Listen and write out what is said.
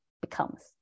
becomes